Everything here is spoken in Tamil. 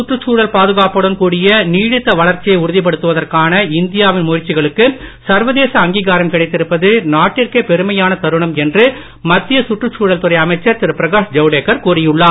சுற்றுச்சூழல்பாதுகாப்புடன்கூடியநீடித்தவளர்ச்சியைஉறுதிப்படுத்துவதற் கானஇந்தியாவின்முயற்சிகளுக்குசர்வதேசஅங்கீகாரம்கிடைத்திருப்பது நாட்டிற்கேபெருமையானதருணம்என்றுமத்தியசுற்றுச்சூழல்துறைஅமைச்ச ர்திருபிரகாஷ்ஜவ்டேக்கர்கூறியுள்ளார்